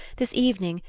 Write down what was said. this evening,